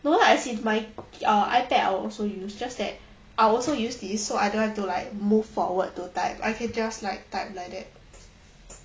no lah as in my uh ipad I will also use just that I also use this so I don't have to like move forward to type I could just like type like that